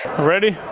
ready?